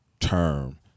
term